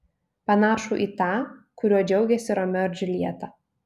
panašų į tą kuriuo džiaugėsi romeo ir džiuljeta